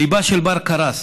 ליבה של בר קרס